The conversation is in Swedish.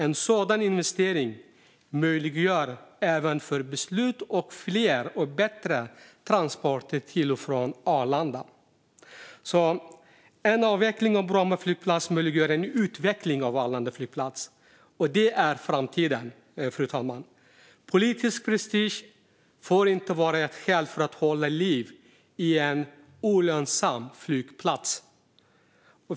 En sådan investering möjliggör även för beslut om fler och bättre transporter till och från Arlanda. En avveckling av Bromma flygplats möjliggör alltså en utveckling av Arlanda flygplats, fru talman, och det är framtiden. Politisk prestige får inte vara ett skäl att hålla liv i en olönsam flygplats.